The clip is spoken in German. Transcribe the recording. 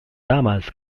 damals